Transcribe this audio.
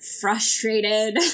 frustrated